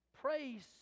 Praise